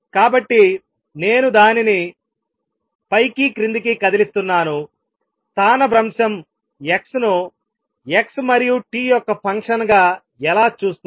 కాబట్టి నేను దానిని పైకి క్రిందికి కదిలిస్తున్నాను స్థానభ్రంశం x ను x మరియు t యొక్క ఫంక్షన్ గా ఎలా చూస్తుంది